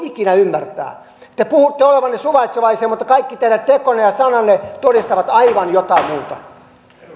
voi ikinä ymmärtää te sanotte olevanne suvaitsevaisia mutta kaikki teidän tekonne ja sananne todistavat aivan jotain muuta